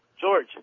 George